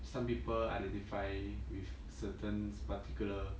some people identify with certain particular